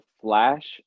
flash